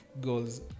goals